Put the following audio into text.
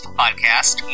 podcast